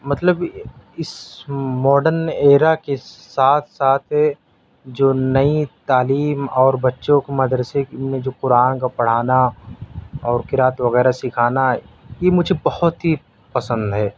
مطلب اس modern era کے ساتھ ساتھ جو نئی تعلیم اور بچوں کو مدرسے میں جو قرآن کا پڑھانا اور قرأت وغیرہ سکھانا یہ مجھے بہت ہی پسند ہے